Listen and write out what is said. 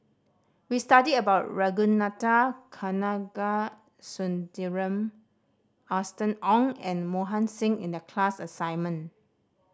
we studied about Ragunathar Kanagasuntheram Austen Ong and Mohan Singh in the class assignment